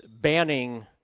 banning